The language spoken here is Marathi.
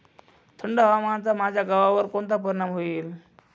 थंड हवामानाचा माझ्या गव्हावर कोणता परिणाम होईल?